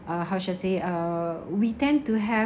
uh how should I say it uh we tend to have